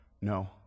no